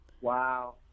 Wow